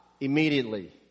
immediately